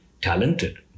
talented